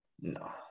no